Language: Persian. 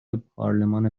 پارلمان